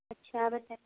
اچھا